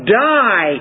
die